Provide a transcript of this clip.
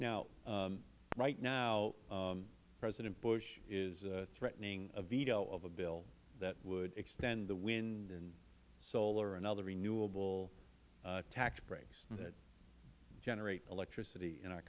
now right now president bush is threatening a veto of a bill that would extend the wind and solar and other renewable tax breaks that generate electricity in our